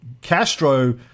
Castro